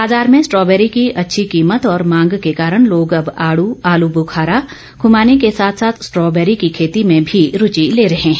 बाजार में स्ट्रॉबेरी की अच्छी कीमत और मांग के कारण लोग अब आड़ आलू बुखारा खूमानी के साथ साथ स्ट्रॉबेरी की खेती में भी रूचि ले रहे हैं